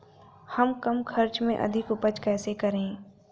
हम कम खर्च में अधिक उपज कैसे करें?